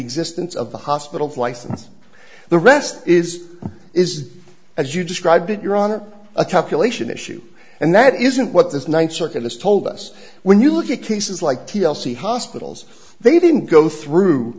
existence of the hospital fly since the rest is is as you described it you're on a calculation issue and that isn't what this ninth circuit has told us when you look at cases like t l c hospitals they didn't go through